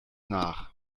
nach